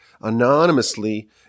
anonymously